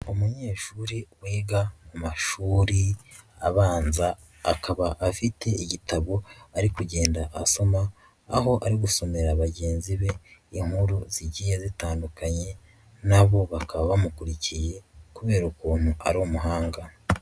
Umunyeshuri wiga mu mashuri abanza akaba afite igitabo ari kugenda asoma aho ari gusomera bagenzi be inkuru zigiye zitandukanye na bo bakaba bamukurikiye kubera ukuntu ari umuhanga.